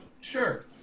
Sure